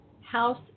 House